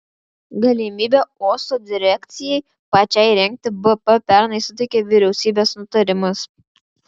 galimybę uosto direkcijai pačiai rengti bp pernai suteikė vyriausybės nutarimas